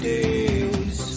Days